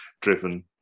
driven